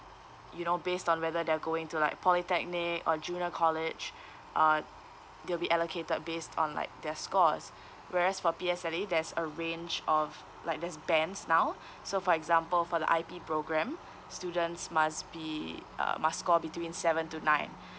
you know based on whether they are going to like polytechnic or junior college uh they'll be allocated based on like their scores whereas for P_S_L_E there's a range of like there's bands now so for example for the I_P program students must be uh must score between seven to nine